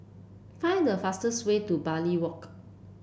find the fastest way to Bartley Walk